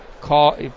call